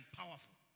powerful